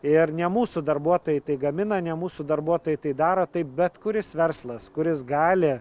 ir ne mūsų darbuotojai tai gamina ne mūsų darbuotojai tai daro tai bet kuris verslas kuris gali